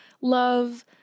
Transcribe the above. love